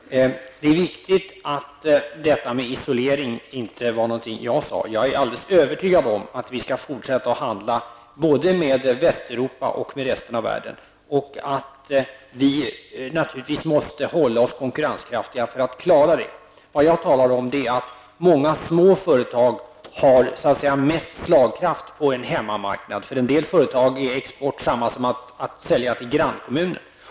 Herr talman! Det är viktigt att veta att jag inte nämnde detta med isolering. Jag är alldeles övertygad om att vi skall fortsätta att handla med både Västeuropa och resten av världen. Vi måste naturligtvis hålla oss konkurrenskraftiga för att kunna klara det. Jag talar om att många små företag har mest slagkraft på en hemmamarknad. För en del företag är export detsamma som att sälja till grannkommunen.